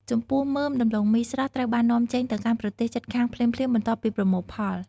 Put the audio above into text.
ចំពោះមើមដំឡូងមីស្រស់ ត្រូវបាននាំចេញទៅកាន់ប្រទេសជិតខាងភ្លាមៗបន្ទាប់ពីប្រមូលផល។